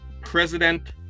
President